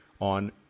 on